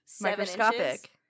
Microscopic